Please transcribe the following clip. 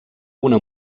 una